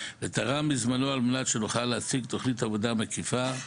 ותרם מזמנו על מנת שנוכל להציג תוכנית עבודה מקיפה,